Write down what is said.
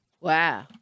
Wow